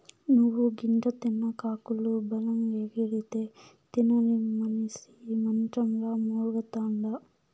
నువ్వు గింజ తిన్న కాకులు బలంగెగిరితే, తినని మనిసి మంచంల మూల్గతండా